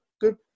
good